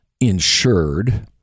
insured